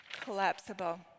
collapsible